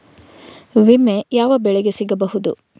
ವಿಮೆ ಯಾವ ಬೆಳೆಗೆ ಸಿಗಬಹುದು?